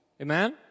Amen